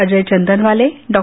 Ajay Chandanwale Dr